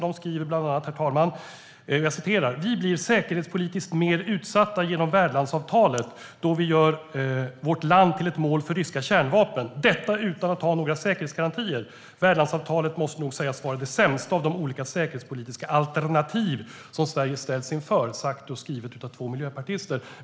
De skriver bland annat: "Vi blir säkerhetspolitiskt mer utsatta genom värdlandsavtalet, då vi gör vårt land till ett mål för ryska kärnvapen. Detta utan att ha några säkerhetsgarantier. Värdlandsavtalet måste nog sägas vara det sämsta av de olika säkerhetspolitiska alternativ som Sverige ställs inför."